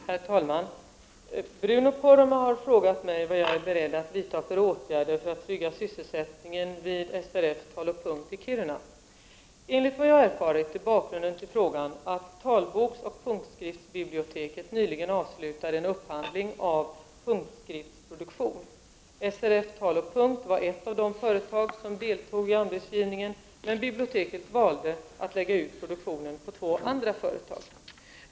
Herr talman! Bruno Poromaa har frågat mig vad jag är beredd att vidta för åtgärder för att trygga sysselsättningen vid SRF Tal & Punkt i Kiruna. Enligt vad jag erfarit är bakgrunden till frågan att talboksoch punktskriftsbiblioteket nyligen avslutade en upphandling av punktskriftsproduktion. SRF Tal & Punkt var ett av de företag som deltog i anbudsgivningen, men biblioteket valde att lägga ut produktionen på två andra företag.